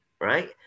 right